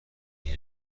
این